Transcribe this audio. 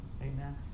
Amen